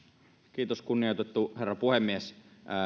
kiitos kunnioitettu herra puhemies